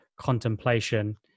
contemplation